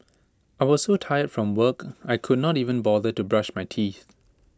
I was so tired from work I could not even bother to brush my teeth